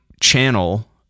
channel